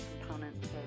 components